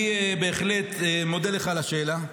אני בהחלט מודה לך על השאלה.